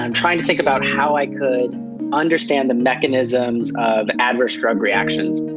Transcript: and trying to think about how i could understand the mechanisms of adverse drug reactions.